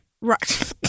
Right